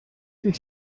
ist